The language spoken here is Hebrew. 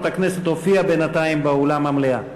הכנסת הופיע בינתיים באולם המליאה.